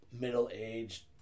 middle-aged